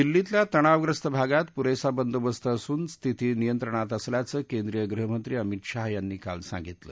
दिल्लीतल्या तणावग्रस्त भागात पुरेसा बंदोबस्त असून स्थिती नियंत्रणात असल्याचं केंद्रिय गृहमंत्री अमित शहा यांनी काल सांगितलं